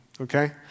Okay